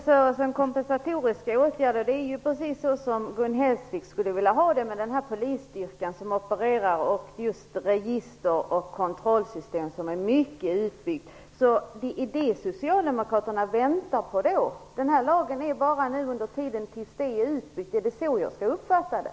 Fru talman! Kompensatoriska åtgärder är precis det som Gun Hellsvik skulle vilja ha, med en polisstyrka som opererar och ett utbyggt register och kontrollsystem. Det är alltså det Socialdemokraterna väntar på. Den här lagen gäller bara under tiden fram tills det blir utbyggt. Är det så jag skall uppfatta det?